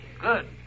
Good